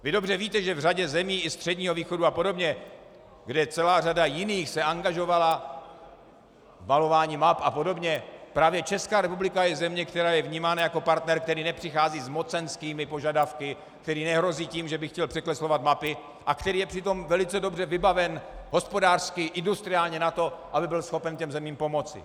Vy dobře víte, že v řadě zemí i Středního východu a podobně, kde celá řada jiných se angažovala malováním map a podobně, právě Česká republika je země, která je vnímána jako partner, který nepřichází s mocenskými požadavky, který nehrozí tím, že by chtěl překreslovat mapy, a který je přitom velice dobře vybaven hospodářsky, industriálně na to, aby byl schopen těm zemím pomoci.